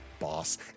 boss